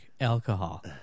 alcohol